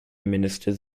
ministers